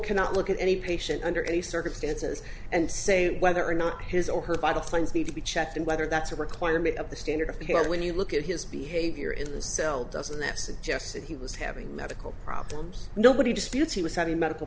cannot look at any patient under any circumstances and say whether or not his or her by the planes need to be checked and whether that's a requirement of the standard of care when you look at his behavior in the cell doesn't that suggest that he was having medical problems nobody disputes he was having medical